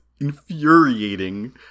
infuriating